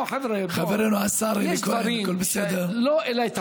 לא, חבר'ה, בואו, יש דברים שלא אליי תפנו.